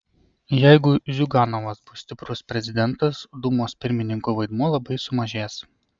jeigu ziuganovas bus stiprus prezidentas dūmos pirmininko vaidmuo labai sumažės